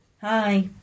Hi